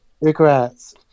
Regrets